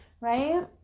right